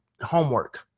homework